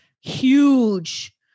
huge